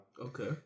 Okay